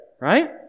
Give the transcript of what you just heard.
right